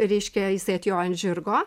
reiškia jisai atjoja ant žirgo